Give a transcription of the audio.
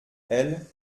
elle